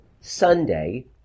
sunday